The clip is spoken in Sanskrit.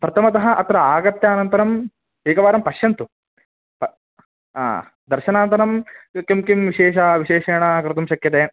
प्रथमतः अत्र आगत्य अनन्तरम् एकवारं पश्यन्तु प दर्शनानन्तरं किं किं विशेषाः विशेषेण कर्तुं शक्यते